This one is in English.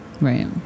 Right